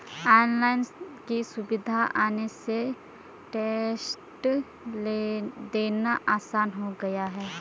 online की सुविधा आने से टेस्ट देना आसान हो गया है